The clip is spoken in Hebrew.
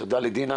לדינה